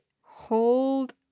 hold